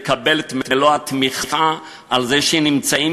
לקבל את מלוא התמיכה על זה שהם נמצאים